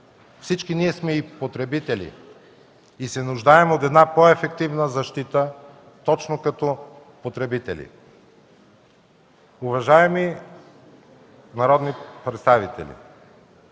Всички ние сме и потребители и се нуждаем от една по-ефективна защита точно като потребители. Уважаеми народни представители,